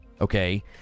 Okay